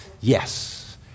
yes